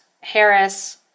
Harris